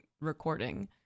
recording